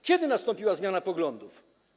Kiedy nastąpiła zmiana poglądów?